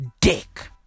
dick